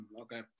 Okay